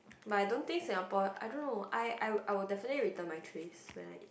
but I don't think Singapore I don't know I I I will definitely return my trays when I